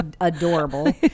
adorable